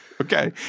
Okay